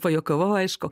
pajuokavau aišku